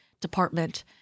Department